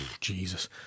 Jesus